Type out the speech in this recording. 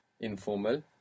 informal